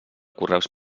correus